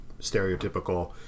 stereotypical